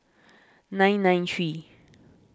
nine nine three